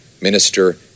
minister